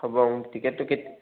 হ'ব মোৰ টিকেটটো কেতিয়া